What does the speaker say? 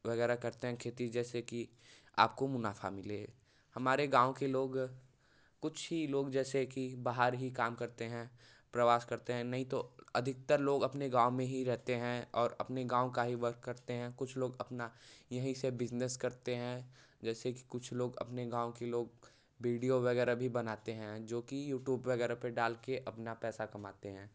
वगैरह करते हैं खेती जैसे कि आपको मुनाफ़ा मिले हमारे गाँव के लोग कुछ ही लोग जैसे कि बाहर ही काम करते हैं प्रवास करते हैं नहीं तो अधिकतर लोग अपने गाँव में ही रहते हैं और अपने गाँव का ही वर्क करते हैं कुछ लोग अपना यहीं से बिज़नेस करते हैं जैसे कि कुछ लोग अपने गाँव के लोग बीडियो वगैरह भी बनाते हैं जो कि यूटूब वगैरह पर डाल कर अपना पैसा कमाते हैं